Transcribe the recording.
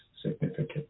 significant